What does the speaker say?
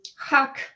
hack